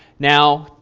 now,